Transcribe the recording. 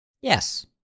Yes